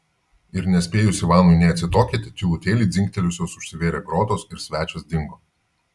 ir nespėjus ivanui nė atsitokėti tylutėliai dzingtelėjusios užsivėrė grotos ir svečias dingo